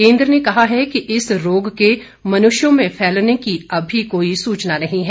केन्द्र ने कहा है कि इस रोग के मनुष्यों में फैलने की अभी कोई सुचना नहीं है